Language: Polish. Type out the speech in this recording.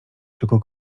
tylko